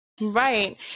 Right